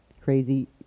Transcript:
crazy